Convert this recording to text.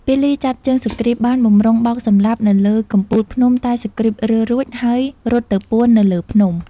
ពាលីចាប់ជើងសុគ្រីពបានបម្រុង បោកសម្លាប់នៅលើកំពូលភ្នំតែសុគ្រីពរើរួច ហើយរត់ទៅពួននៅលើភ្នំ ។